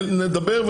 נדבר,